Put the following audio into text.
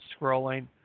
scrolling